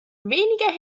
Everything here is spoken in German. weniger